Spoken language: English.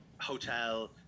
hotel